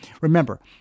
Remember